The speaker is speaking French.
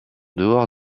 dehors